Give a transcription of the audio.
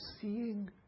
seeing